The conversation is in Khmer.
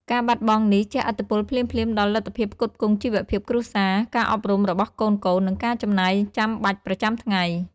ការបាត់បង់នេះជះឥទ្ធិពលភ្លាមៗដល់លទ្ធភាពផ្គត់ផ្គង់ជីវភាពគ្រួសារ ការអប់រំរបស់កូនៗ និងការចំណាយចាំបាច់ប្រចាំថ្ងៃ។